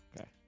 Okay